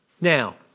Now